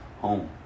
Home